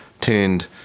turned